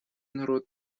народ